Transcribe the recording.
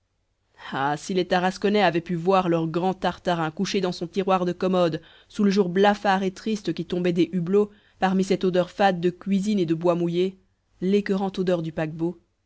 ah si les tarasconnais avaient pu voir leur grand tartarin couché dans son tiroir de commode sous le jour blafard et triste qui tombait des hublots parmi cette odeur fade de cuisine et de bois mouillé l'écoeurante odeur du paquebot